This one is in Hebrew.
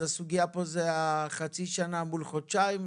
אז הסוגיה פה זה חצי שנה מול חודשיים,